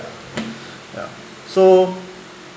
yeah so